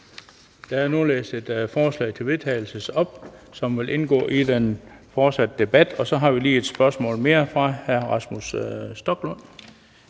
Der er nu læst et forslag til vedtagelse op, som vil indgå i den fortsatte debat. Så er der lige et spørgsmål mere fra hr. Rasmus Stoklund.